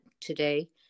today